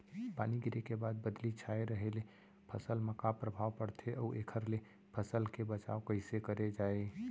पानी गिरे के बाद बदली छाये रहे ले फसल मा का प्रभाव पड़थे अऊ एखर ले फसल के बचाव कइसे करे जाये?